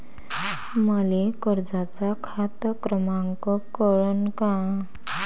मले कर्जाचा खात क्रमांक कळन का?